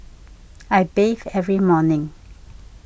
I bathe every morning